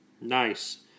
Nice